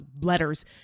letters